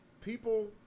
people